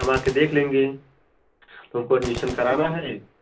हम आ कर देख लेंगे हमको एडमिशन कराना है